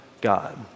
God